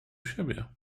siebie